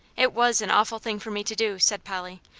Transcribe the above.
it was an awful thing for me to do, said polly.